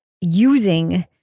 using